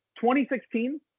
2016